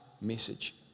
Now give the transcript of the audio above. message